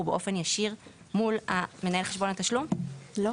כדי שלא --- אז כן,